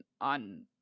on